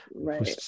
Right